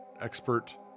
expert